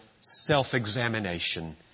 self-examination